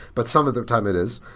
but some of the time, it is.